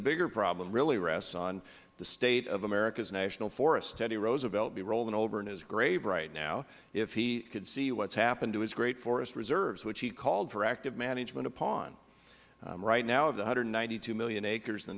the bigger problem really rests on the state of america's national forests teddy roosevelt would be rolling over in his grave right now if he could see what has happened to his great forest reserves which he called for active management upon right now the one hundred and ninety two million acres